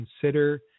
consider